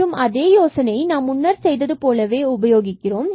மற்றும் அதே யோசனை நாம் முன்னர் செய்தது போலவே செய்யலாம்